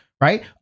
right